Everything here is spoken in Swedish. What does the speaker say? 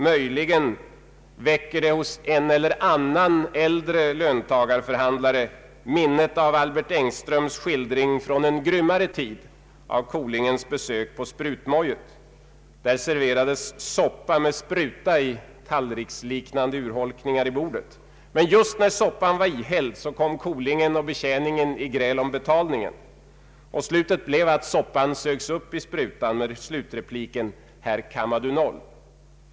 Möjligen väcker det hos en eller annan äldre löntagarförhandlare minnet av Albert Engströms skildring från en grymmare tid, av kolingens besök på Sprutmojet. Där serverades soppa med spruta i tallriksliknande urholkningar i bordet. Men just när soppan var ihälld kom kolingen och betjäningen i gräl om betalningen. Slutet blev att soppan sögs upp i sprutan igen med slutrepliken: Här kammar Du noll.